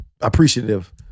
appreciative